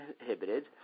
inhibited